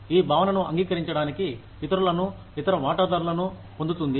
ఈ భావనను అంగీకరించడానికి ఇతరులను ఇతర వాటాదారులను పొందుతుంది